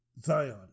Zion